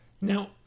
Now